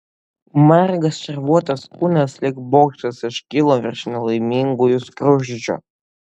margas šarvuotas kūnas lyg bokštas iškilo virš nelaimingųjų skruzdžių